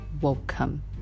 welcome